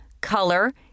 color